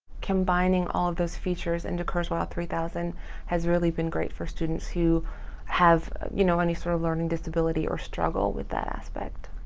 combining all of those features into kurzweil three thousand has really been great for students who have, you know, any sort of learning disability or struggle with that aspect.